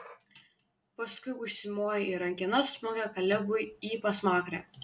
paskui užsimoja ir rankena smogia kalebui į pasmakrę